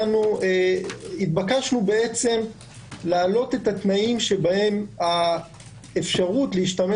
התבקשנו התבקשנו להעלות את התנאים שבהם האפשרות להשתמש